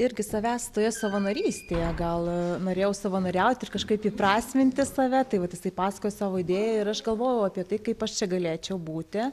irgi savęs toje savanorystėje gal norėjau savanoriauti ir kažkaip įprasminti save jisai pasakojo savo idėją ir aš galvojau apie tai kaip aš čia galėčiau būti